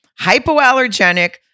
hypoallergenic